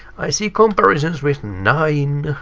i see comparisons with nine.